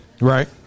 Right